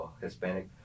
Hispanic